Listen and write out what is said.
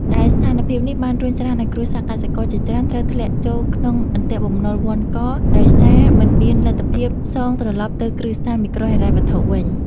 ដែលស្ថានភាពនេះបានរុញច្រានឱ្យគ្រួសារកសិករជាច្រើនត្រូវធ្លាក់ចូលក្នុងអន្ទាក់បំណុលវណ្ឌក ដោយសារមិនមានលទ្ធភាពសងត្រឡប់ទៅគ្រឹះស្ថានមីក្រូហិរញ្ញវត្ថុវិញ។